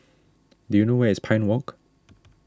do you know where is Pine Walk